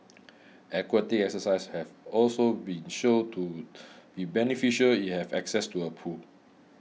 aquatic exercises have also been shown to be beneficial if you have access to a pool